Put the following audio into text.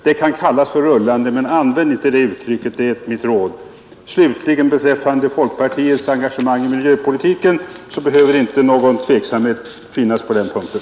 Det kan kallas för rullande, men använd inte det uttrycket, det är mitt råd. Slutligen vill jag säga att det inte bör råda någon tveksamhet beträffande folkpartiets engagemang i miljöpolitiken.